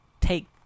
take